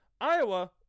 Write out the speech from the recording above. Iowa